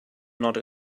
not